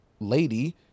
lady